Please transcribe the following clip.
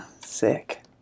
sick